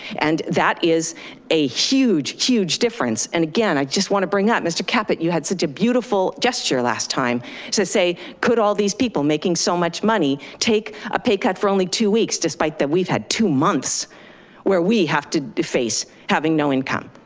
and that is a huge, huge difference. and again, i just want to bring up mr. caput, you had such a beautiful gesture last time to say, could all these people making so much money take a pay cut for only two weeks? despite that we've had two months where we have to to face having no income.